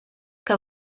que